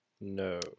No